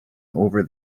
over